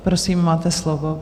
Prosím, máte slovo.